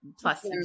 plus